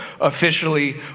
officially